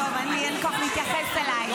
טוב, לי אין כוח להתייחס אלייך.